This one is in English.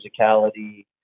physicality